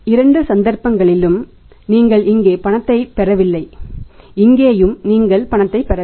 இரண்டு சந்தர்ப்பங்களிலும் நீங்கள் இங்கே பணத்தைப் பெறவில்லை இங்கேயும் நீங்கள் பணத்தைப் பெறவில்லை